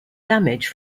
damage